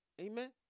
Amen